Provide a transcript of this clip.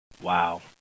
Wow